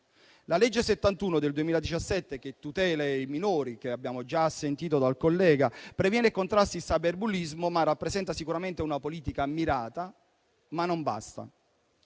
La legge n. 71 del 2017, che tutela minori e che abbiamo già sentito dal collega, previene e contrasta il cyberbullismo e rappresenta sicuramente una politica mirata, ma non basta.